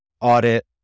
audit